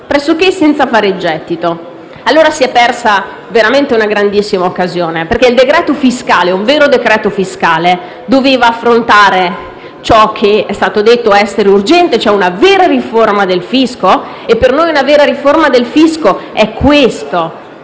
pressoché senza fare gettito. Si è persa veramente una grandissima occasione, perché un vero decreto-legge fiscale avrebbe dovuto affrontare ciò che è stato detto essere urgente, cioè una vera riforma del fisco. Per noi una vera riforma del fisco è questo: